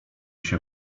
się